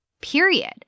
period